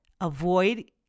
avoid